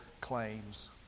claims